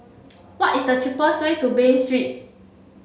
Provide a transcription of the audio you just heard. what is the cheapest way to Bain Street